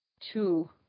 Two